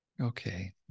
Okay